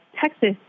Texas